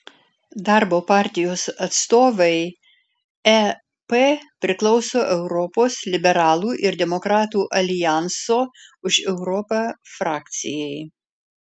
darbo partijos atstovai ep priklauso europos liberalų ir demokratų aljanso už europą frakcijai